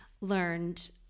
learned